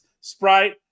sprite